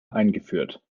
eingeführt